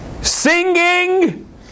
singing